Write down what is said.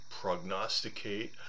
prognosticate